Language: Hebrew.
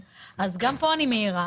אז גם פה אני מעירה.